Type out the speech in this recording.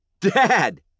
dad